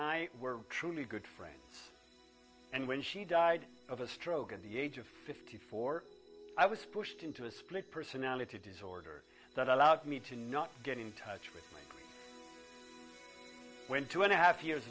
i were truly good friends and when she died of a stroke at the age of fifty four i was pushed into a split personality disorder that allowed me to not get in touch with when two and a half years